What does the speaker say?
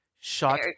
Shot